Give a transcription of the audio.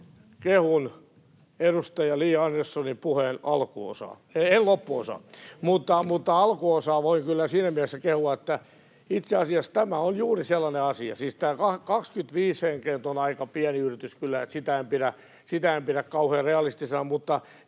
kehun edustaja Li Anderssonin puheen alkuosaa. En loppuosaa, mutta alkuosaa voi kyllä siinä mielessä kehua, että itse asiassa tämä on juuri sellainen asia — siis tämä 25 henkeä nyt on kyllä aika pieni yritys, että sitä en pidä kauhean realistisena